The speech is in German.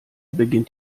beginnt